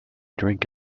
drink